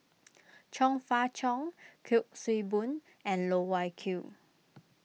Chong Fah Cheong Kuik Swee Boon and Loh Wai Kiew